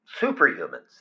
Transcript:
superhumans